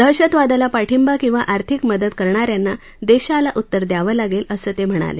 दहशतवादाला पाठिंबा किंवा आर्थिक मदत करणा यांना देशाला उत्तर द्यावं लागेल असं ते म्हणाले